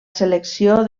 selecció